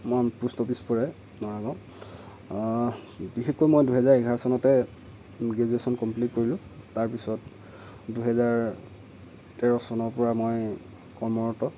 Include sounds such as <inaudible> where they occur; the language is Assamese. <unintelligible> পোষ্ট অফিচ পৰে <unintelligible> বিশেষকৈ মই দুহেজাৰ এঘাৰ চনতেই গ্ৰেজুৱেশ্যন কমপ্লিট কৰিলোঁ তাৰপিছত দুহেজাৰ তেৰ চনৰ পৰা মই কৰ্মৰত